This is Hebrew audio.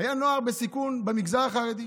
היה נוער בסיכון במגזר החרדי.